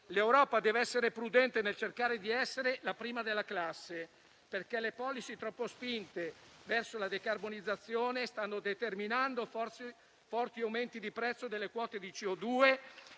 l'Europa deve essere prudente nel cercare di essere la prima della classe, perché le *policy* troppo spinte verso la decarbonizzazione stanno determinando forti aumenti di prezzo delle quote di